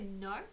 no